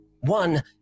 One